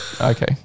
Okay